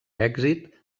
èxit